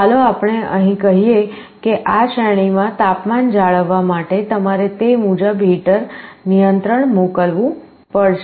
ચાલો આપણે અહીં કહીએ કે આ શ્રેણીમાં તાપમાન જાળવવા માટે તમારે તે મુજબ હીટર નિયંત્રણ મોકલવું પડશે